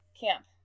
camp